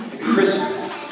Christmas